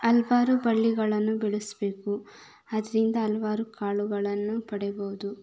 ಹಲ್ವಾರು ಬಳ್ಳಿಗಳನ್ನು ಬೆಳೆಸ್ಬೇಕು ಅದರಿಂದ ಹಲ್ವಾರು ಕಾಳುಗಳನ್ನು ಪಡಿಬಹುದು